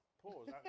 Pause